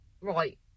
Right